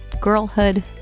girlhood